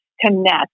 connect